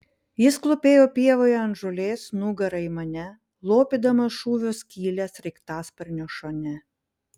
jis klūpėjo pievoje ant žolės nugara į mane lopydamas šūvio skylę sraigtasparnio šone